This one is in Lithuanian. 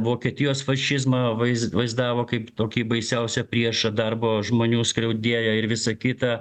vokietijos fašizmą vaiz vaizdavo kaip tokį baisiausią priešą darbo žmonių skriaudėją ir visa kita